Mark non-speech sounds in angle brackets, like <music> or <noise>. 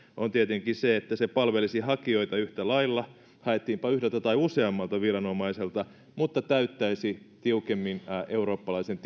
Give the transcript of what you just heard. on tietenkin se että se palvelisi hakijoita yhtä lailla haettiinpa yhdeltä tai useammalta viranomaiselta mutta täyttäisi tiukemmin eurooppalaiset <unintelligible>